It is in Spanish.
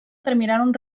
terminaron